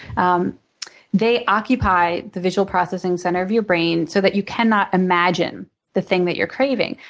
um they occupy the visual processing center of your brain so that you cannot imagine the thing that you're craving.